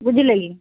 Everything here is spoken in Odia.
ବୁଝିଲେ କି